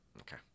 Okay